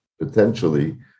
potentially